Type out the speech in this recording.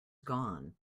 gone